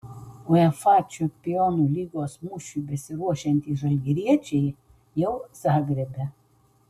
uefa čempionų lygos mūšiui besiruošiantys žalgiriečiai jau zagrebe